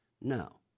No